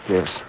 Yes